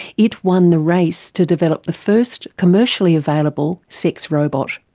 it won the race to develop the first commercially available sex robot.